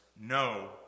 No